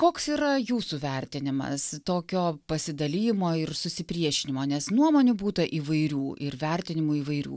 koks yra jūsų vertinimas tokio pasidalijimo ir susipriešinimo nes nuomonių būta įvairių ir vertinimų įvairių